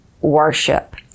worship